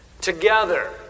Together